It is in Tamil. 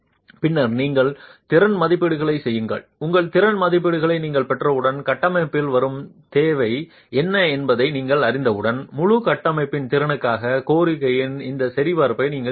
பின்னர் உங்கள் திறன் மதிப்பீடுகளை செய்யுங்கள் உங்கள் திறன் மதிப்பீடுகளை நீங்கள் பெற்றவுடன் கட்டமைப்பில் வரும் தேவை என்ன என்பதை நீங்கள் அறிந்தவுடன் முழு கட்டமைப்பின் திறனுக்கான கோரிக்கையின் இந்த சரிபார்ப்பை நீங்கள் செய்ய வேண்டும்